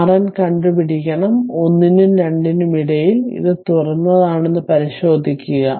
RN കണ്ടുപിടിക്കണം 1 നും 2 നും ഇടയിൽ ഇത് തുറന്നതാണെന്ന് പരിശോധിക്കുക